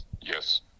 yes